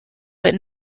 but